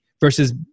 versus